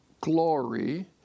glory